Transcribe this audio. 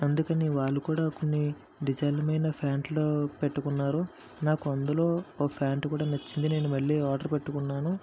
అందుకని వాళ్ళు కూడా కొన్ని డిజైన్ల మీనా ప్యాంట్లు పెట్టుకున్నారు నాకు అందులో ఒక ప్యాంటు కూడా నచ్చింది నేను మళ్ళీ ఆర్డర్ పెట్టుకున్నాను